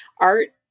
Art